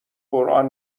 قران